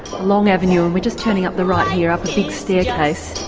long avenue and we're just turning up the right here, up a big staircase.